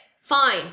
Fine